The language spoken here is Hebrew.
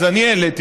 אז אני העליתי,